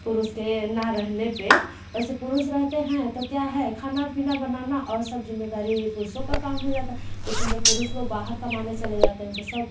पुरुष के ना रहने पे वैसे पुरुष रहेते हैं तो क्या है खाना पीना बनाना और सब जिम्मेदारी पुरुषों का काम हो जाता है लेकिन जब पुरुष लोग बाहर कमाने चले जाते हैं तो सब